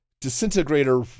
disintegrator